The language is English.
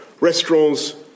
restaurants